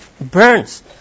burns